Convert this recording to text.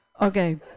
Okay